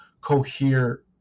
cohere